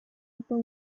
upper